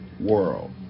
world